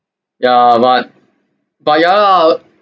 ya but but ya lah